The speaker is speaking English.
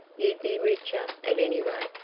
you'd be richer, at any rate,